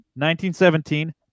1917